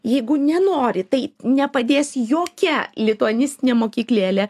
jeigu nenori tai nepadės jokia lituanistinė mokyklėlė